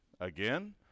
again